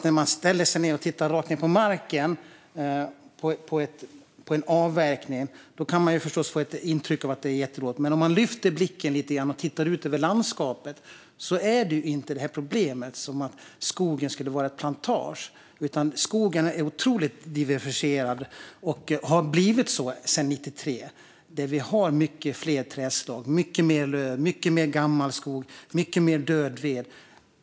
När man ställer sig och tittar rakt ned på marken på en avverkning kan man förstås få ett intryck av att det är jättedåligt, men om man lyfter blicken lite grann och tittar ut över landskapet finns inte det här problemet att skogen skulle vara en plantage, utan skogen är otroligt diversifierad och har blivit det sedan 1993. Vi har många fler trädslag, mycket mer löv, mycket mer gammelskog och mycket mer död ved nu.